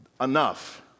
enough